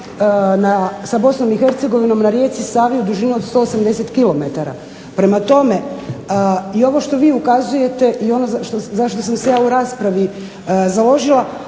sa Bosnom i Hercegovinom na rijeci Savi u dužini od 170 km. Prema tome, ovo na što vi ukazujete i ono za što sam se ja u raspravi založila